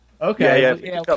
Okay